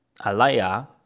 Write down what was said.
Alaya